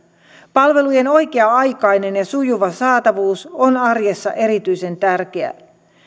palvelujen oikea aikainen ja sujuva saatavuus on arjessa erityisen tärkeää